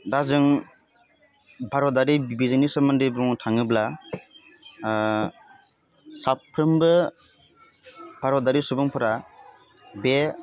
दा जों भारतारि बिजोंनि सोमोन्दै बुंनो थाङोब्ला साफ्रोमबो भारतारि सुबुंफ्रा बे